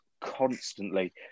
constantly